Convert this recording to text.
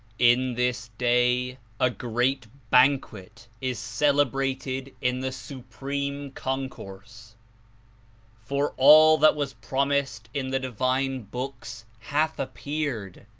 in this day a great banquet is celebrated in the supreme concourse for all that was promised in the divine books hath appeared.